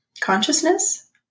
consciousness